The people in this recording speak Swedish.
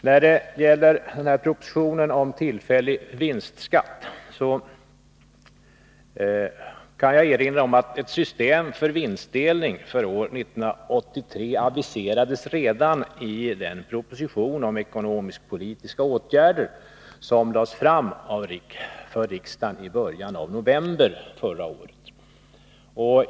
När det gäller propositionen om tillfällig vinstskatt kan jag erinra om att ett system för vinstdelning för år 1983 aviserades redan i den proposition om ekonomisk-politiska åtgärder som lades fram för riksdagen i början av november förra året.